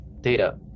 Data